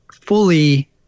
fully